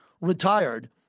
retired